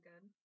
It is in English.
good